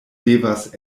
devas